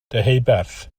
deheubarth